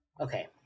Okay